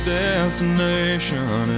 destination